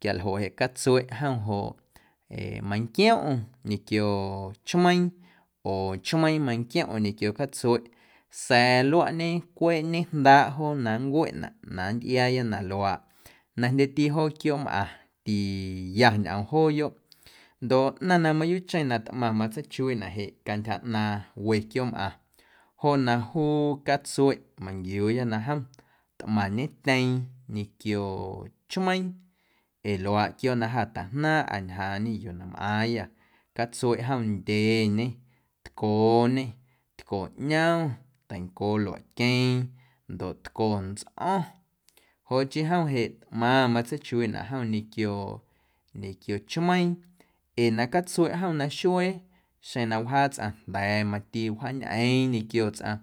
quialjoꞌ jeꞌ catsueꞌ jom joꞌ ee manquioꞌm ñequio chmeiiⁿ oo chmeiiⁿ manquiomꞌm ñequio catsueꞌ sa̱a̱ luaꞌñe cweꞌ ñejndaaꞌ joo na nncweꞌna na nntꞌiaaya na luaaꞌ na jndyeti joo quiooꞌmꞌaⁿ tiya ñꞌoom jooyoꞌ ndoꞌ ꞌnaⁿ na mayuuꞌcheⁿ na tꞌmaⁿ matseichuiiꞌnaꞌ jeꞌ cantyja ꞌnaaⁿ we quiooꞌmꞌaⁿ joꞌ na juu catsueꞌ manquiuuya na jom tꞌmaⁿñetyeeⁿ ñequio chmeiiⁿ ee luaaꞌ quiooꞌ na jâ tajnaaⁿꞌâ ñjaañe yuu na mꞌaaⁿyâ catsueꞌ jom ndyeñe, tcooñe, tco ꞌñom, teincoo luaꞌqueeⁿ doꞌ tco ntsꞌo̱ⁿ joꞌ chii jom jeꞌ tꞌmaⁿ matseichuiiꞌnaꞌ jom ñequio ñequio chmeiiⁿ ee na catsueꞌ jom naxuee xeⁿ na wjaa tsꞌaⁿ jnda̱a̱ mati wjaañꞌeeⁿ ñequio tsꞌaⁿ.